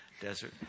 desert